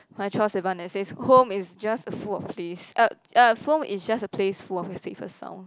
by Troye-Sivan that says home is just full of place uh uh home is a just place full of your safest sounds